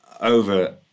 over